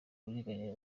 uburinganire